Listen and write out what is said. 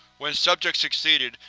when subject succeeded,